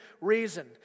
reason